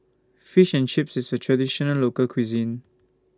Fish and Chips IS A Traditional Local Cuisine